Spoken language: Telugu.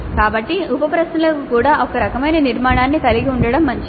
కాబట్టి ఉప ప్రశ్నలకు కూడా ఒకరకమైన నిర్మాణాన్ని కలిగి ఉండటం మంచిది